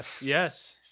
Yes